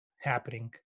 happening